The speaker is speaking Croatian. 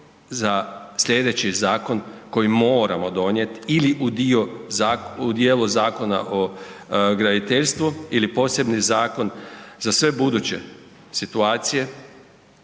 za slijedeći zakon koji moramo donijeti ili u dio zakona, u dijelu zakona o graditeljstvu ili posebni zakon za sve buduće situacije,